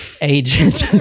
agent